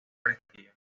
prestigio